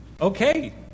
Okay